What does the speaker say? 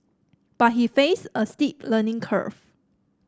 but he faced a steep learning curve